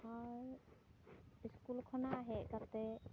ᱟᱨ school ᱠᱷᱚᱱᱟᱜ ᱦᱮᱡ ᱠᱟᱛᱮ